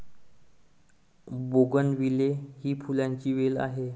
bougainvillea ही फुलांची वेल आहे